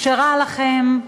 כשרע לכם,